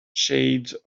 shades